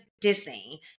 Disney